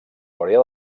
corea